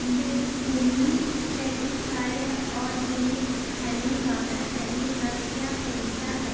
دیو Bhoomi certified organic honey واپس کرنے کا کیا طریقہ ہے